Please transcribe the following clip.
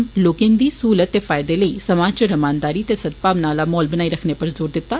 उनें आम लोकें दी सहूलत ते फायदें लेई समाज च रमानदारी ते सद्भाव आला माहौल बनाई रखने पर जोर दित्ता